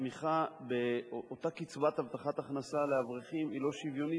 התמיכה באותה קצבת הבטחת הכנסה לאברכים היא לא שוויונית,